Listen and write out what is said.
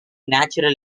natural